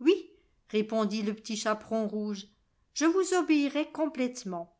oui répondit le petit chaperon rouge je vous obéirai complètement